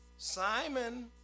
Simon